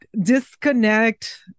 disconnect